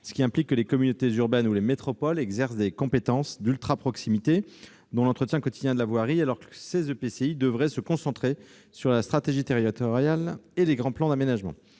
ce qui implique que les communautés urbaines et les métropoles exercent des compétences d'ultraproximité, dont l'entretien quotidien de la voirie, alors que ces EPCI devraient se concentrer sur la stratégie territoriale et les grands plans d'aménagement.